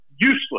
useless